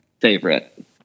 favorite